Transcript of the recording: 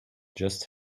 just